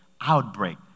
outbreak